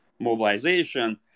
mobilization